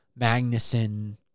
Magnussen